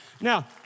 Now